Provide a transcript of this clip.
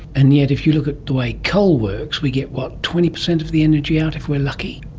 and yet if you look at the way coal works we get, what, twenty percent of the energy out if we are lucky?